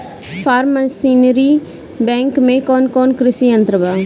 Form machinery bank में कौन कौन कृषि यंत्र बा?